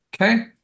okay